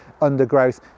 undergrowth